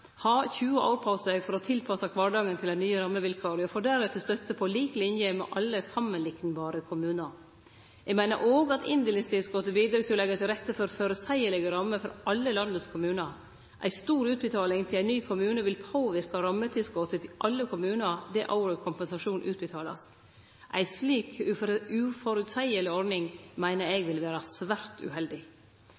har 20 år på seg for å tilpasse kvardagen til dei nye rammevilkåra og får deretter støtte, på lik linje med alle samanliknbare kommunar. Eg meiner òg at inndelingstilskotet bidreg til å leggje til rette for føreseielege rammer for alle landets kommunar. Ei stor utbetaling til ein ny kommune vil påverke rammetilskotet til alle kommunane det året kompensasjonen vert utbetalt. Ei slik uføreseieleg ordning meiner eg